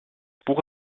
buch